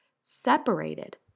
separated